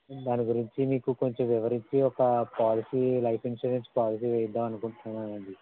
దాని గురించి మీకు కొంచెం వివరించి ఒక పోలసీ లైఫ్ ఇన్సూరెన్స్ పోలసీ వెయ్యిద్దాం అనుకుంటున్నానండి